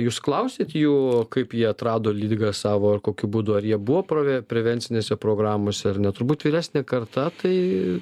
jūs klausiat jų kaip jie atrado ligą savo ar kokiu būdu ar jie buvo provė prevencinėse programose ar ne turbūt vyresnė karta tai